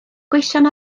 gweision